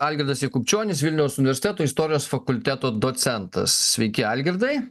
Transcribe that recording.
algirdas jakubčionis vilniaus universiteto istorijos fakulteto docentas sveiki algirdai